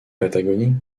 patagonie